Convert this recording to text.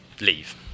leave